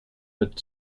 mit